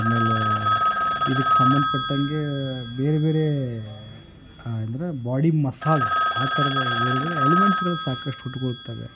ಆಮೇಲೆ ಇದಕ್ಕೆ ಸಂಬಂಧಟ್ಟಾಗೆ ಬೇರೆ ಬೇರೆ ಅಂದರೆ ಬಾಡಿ ಮಸಾಜ್ ಆ ಥರದ ಬೇರೆ ಬೇರೆ ಎಲಿಮೆಂಟ್ಸ್ಗಳು ಸಾಕಷ್ಟು ಹುಟ್ಕೊಳ್ತಾವೆ